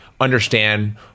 understand